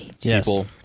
Yes